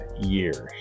years